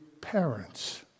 parents